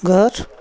घर